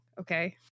Okay